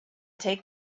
take